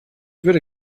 würde